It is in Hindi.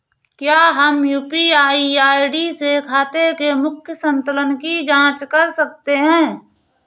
क्या हम यू.पी.आई आई.डी से खाते के मूख्य संतुलन की जाँच कर सकते हैं?